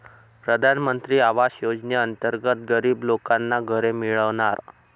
प्रधानमंत्री आवास योजनेअंतर्गत गरीब लोकांना घरे मिळणार